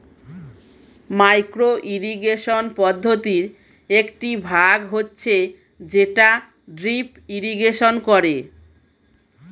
micro irrigation পদ্ধতির একটি ভাগ হচ্ছে যেটা ড্রিপ ইরিগেশন করে